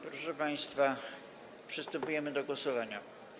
Proszę państwa, przystępujemy do głosowania.